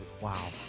wow